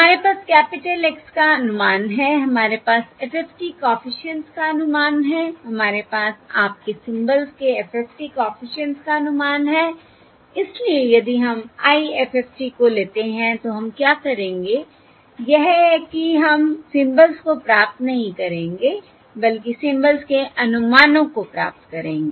हमारे पास capital X s का अनुमान है हमारे पास FFT कॉफिशिएंट्स का अनुमान है हमारे पास आपके सिंबल्स के FFT कॉफिशिएंट्स का अनुमान है इसलिए यदि हम IFFT को लेते हैं तो हम क्या करेंगे यह है कि हम सिंबल्स को प्राप्त नहीं करेंगे बल्कि सिंबल्स के अनुमानों को प्राप्त करेंगे